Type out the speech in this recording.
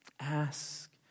Ask